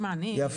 תשמע אני,